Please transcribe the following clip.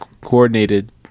coordinated